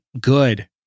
good